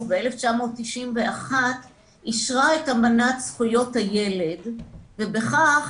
ב-1991 אישרה את אמנת זכויות הילד ובכך